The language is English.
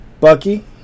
Bucky